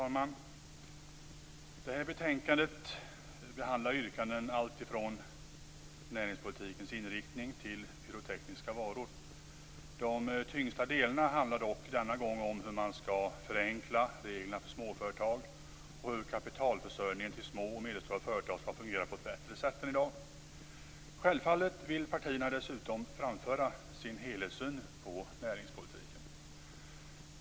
Fru talman! Detta betänkande behandlar yrkanden om alltifrån näringspolitikens inriktning till pyrotekniska varor. De tyngsta delarna handlar dock denna gång om hur man skall förenkla reglerna för småföretag och hur kapitalförsörjningen till små och medelstora företag skall fungera på ett bättre sätt än i dag. Självfallet vill partierna dessutom framföra sin helhetssyn på näringspolitiken.